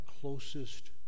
closest